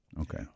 Okay